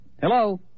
Hello